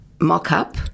mock-up